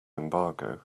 embargo